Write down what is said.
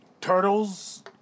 turtles